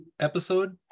episode